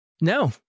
no